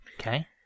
Okay